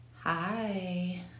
hi